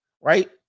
right